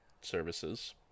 services